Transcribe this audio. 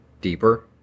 deeper